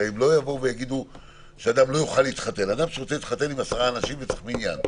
הרי אדם שרוצה להתחתן צריך עשרה אנשים, מניין,